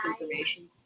information